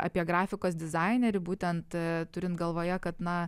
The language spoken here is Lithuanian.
apie grafikos dizainerį būtent turint galvoje kad na